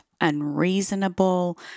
unreasonable